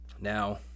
Now